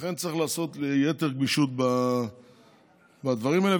לכן צריך יתר גמישות בדברים האלה,